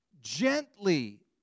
Gently